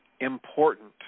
important